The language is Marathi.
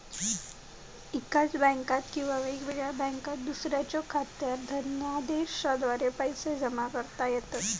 एकाच बँकात किंवा वेगळ्या बँकात दुसऱ्याच्यो खात्यात धनादेशाद्वारा पैसो जमा करता येतत